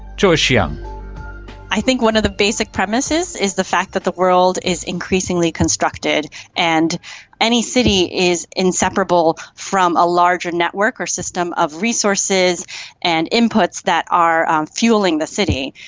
yeah um i think one of the basic premises is the fact that the world is increasingly constructed and any city is inseparable from a larger network or system of resources and inputs that are fuelling the city.